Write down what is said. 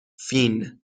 فین